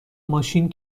ماشین